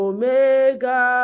Omega